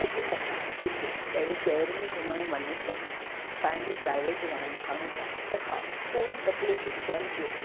अॼु असां ॾिस कहिड़े शहर में घुमण वञू था त पंहिंजो प्राइवेट वाहन खणूं था त हा थोरी तकलीफ़ूं थियनि थियूं